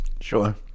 Sure